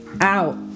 out